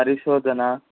పరిశోదన